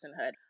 personhood